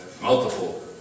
multiple